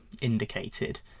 indicated